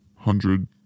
hundred